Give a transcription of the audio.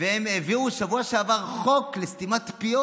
הם העבירו בשבוע שעבר חוק לסתימת פיות.